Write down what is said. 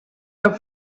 have